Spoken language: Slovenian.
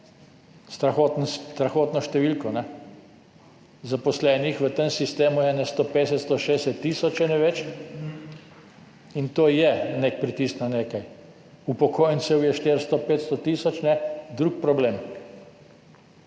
strahotno številko. Zaposlenih v tem sistemu je 150, 160 tisoč, če ne več, in to je nek pritisk na nekaj. Upokojencev je 400, 500 tisoč, drug problem.